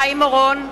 (קוראת בשמות חברי הכנסת) חיים אורון,